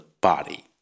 body